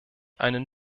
einen